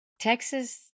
Texas